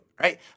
right